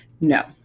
no